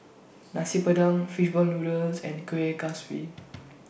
Nasi Padang Fish Ball Noodles and Kuih Kaswi